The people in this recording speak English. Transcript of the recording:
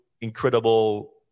incredible